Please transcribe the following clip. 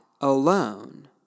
alone